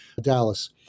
Dallas